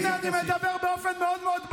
הינה, אני מדבר באופן מאוד מאוד ברור: